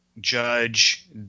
judge